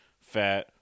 fat